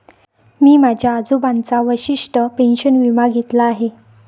मी माझ्या आजोबांचा वशिष्ठ पेन्शन विमा घेतला आहे